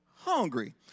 hungry